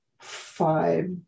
five